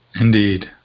Indeed